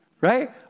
Right